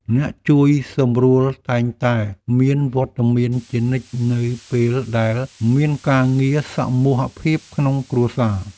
អ្នកជួយសម្រួលតែងតែមានវត្តមានជានិច្ចនៅពេលដែលមានការងារសមូហភាពក្នុងគ្រួសារ។